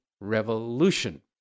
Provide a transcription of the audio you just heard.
revolution